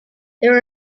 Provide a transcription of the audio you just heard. were